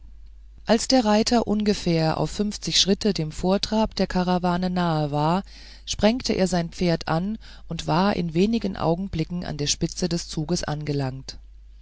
als der reiter ungefähr auf schritte dem vortrab der karawane nahe war sprengte er sein pferd an und war in wenigen augenblicken an der spitze des zuges angelangt